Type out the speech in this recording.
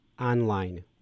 online